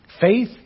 Faith